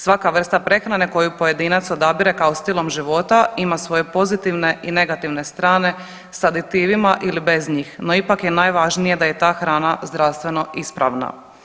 Svaka vrsta prehrane koju pojedinac odabire kao stilom život ima svoje pozitivne i negativne strane sa aditivima ili bez njih, no ipak je najvažnije da je ta hrana zdravstveno ispravna.